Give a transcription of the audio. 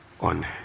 on